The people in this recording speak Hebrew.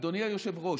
אדוני היושב-ראש,